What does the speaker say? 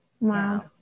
Wow